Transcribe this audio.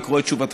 לקרוא את תשובתה,